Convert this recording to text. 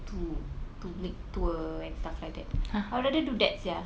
to to make tour and stuff like that I'll rather do that sia